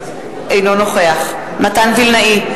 אינו נוכח מתן וילנאי,